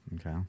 okay